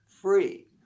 free